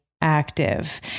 active